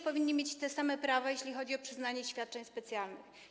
Powinni mieć te same prawa, jeśli chodzi o przyznanie świadczeń specjalnych.